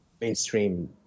mainstream